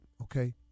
okay